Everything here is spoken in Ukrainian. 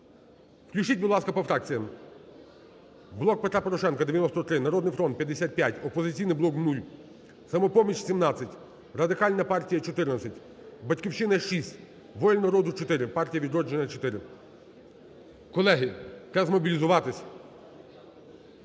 Включіть, будь ласка, по фракціям. "Блок Петра Порошенка" – 93, "Народний фронт" – 55, "Опозиційний блок" – 0, "Самопоміч" – 17, Радикальна партія – 14, "Батьківщина" – 6, "Воля народу" – 4, "Партія "Відродження" – 4. Колеги, треба змобілізуватись.